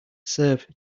serve